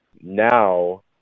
now